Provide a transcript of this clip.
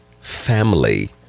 family